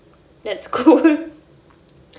that's cool